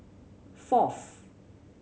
fourth